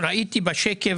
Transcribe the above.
ראיתי בשקף